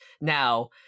now